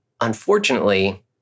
unfortunately